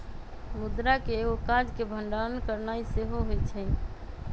मुद्रा के एगो काज के भंडारण करनाइ सेहो होइ छइ